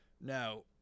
Now